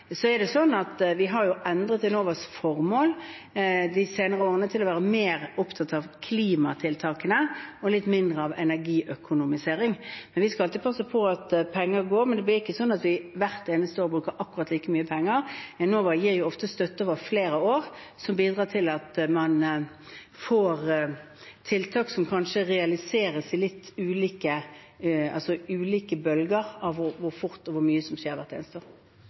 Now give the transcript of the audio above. Vi har endret Enovas formål de senere årene til å være mer opptatt av klimatiltak og litt mindre av energiøkonomisering. Vi skal alltid passe på at penger går ut, men det er ikke slik at vi hvert eneste år bruker akkurat like mye penger. Enova gir ofte støtte over flere år, noe som bidrar til at man får tiltak som kanskje realiseres i litt ulike bølger av hvor fort og mye som skjer hvert eneste år. Audun Lysbakken – til oppfølgingsspørsmål. Utfordringen er at under halvparten av